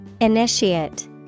initiate